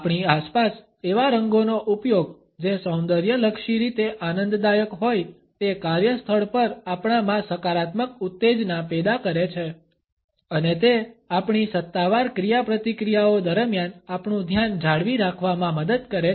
આપણી આસપાસ એવા રંગોનો ઉપયોગ જે સૌંદર્યલક્ષી રીતે આનંદદાયક હોય તે કાર્યસ્થળ પર આપણામાં સકારાત્મક ઉત્તેજના પેદા કરે છે અને તે આપણી સત્તાવાર ક્રિયાપ્રતિક્રિયાઓ દરમિયાન આપણું ધ્યાન જાળવી રાખવામાં મદદ કરે છે